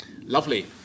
lovely